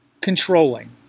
Controlling